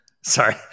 sorry